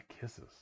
Kisses